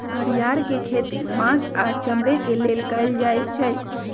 घरिआर के खेती मास आऽ चमड़े के लेल कएल जाइ छइ